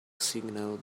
signal